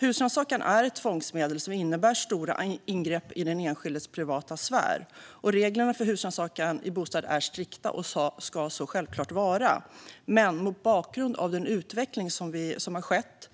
Husrannsakan är ett tvångsmedel som innebär stora ingrepp i den enskildes privata sfär. Reglerna för husrannsakan i bostad är strikta och ska självklart så vara. Men mot bakgrund av den utveckling som har skett,